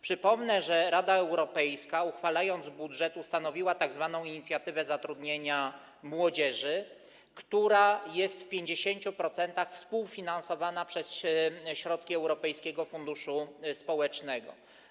Przypomnę, że Rada Europejska, uchwalając budżet, ustanowiła tzw. inicjatywę zatrudnienia młodzieży, która jest w 50% współfinansowana ze środków Europejskiego Funduszu Społecznego.